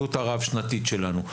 בהסתכלות הרב-שנתית שלנו.